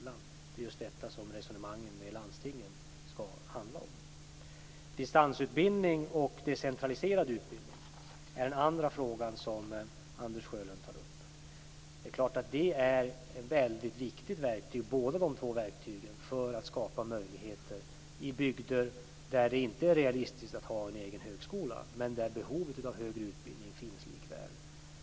Det är just detta som resonemangen med landstingen skall handla om. Distansutbildning och decentraliserad utbildning är den andra fråga som Anders Sjölund tar upp. Det är klart att båda dessa är ett viktigt verktyg för att skapa möjligheter i bygder där det inte är realistiskt att ha en egen högskola men där behovet av högre utbildning likväl finns.